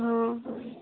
ହଁ